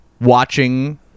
watching